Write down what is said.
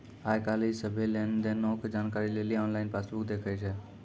आइ काल्हि सभ्भे लेन देनो के जानकारी लेली आनलाइन पासबुक देखै छै